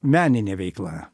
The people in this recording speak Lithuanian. meninė veikla